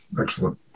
excellent